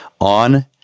on